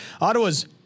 Ottawa's